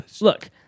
look